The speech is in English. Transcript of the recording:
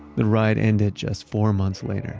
the ride ended just four months later